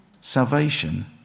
Salvation